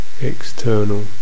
external